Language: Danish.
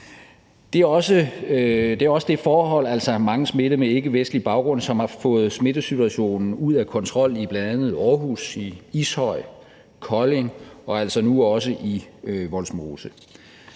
Det er også det forhold, altså mange smittede med ikkevestlig baggrund, som har fået smittesituationen ud af kontrol i bl.a. Aarhus, Ishøj, Kolding og altså nu også i Vollsmose.